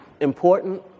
important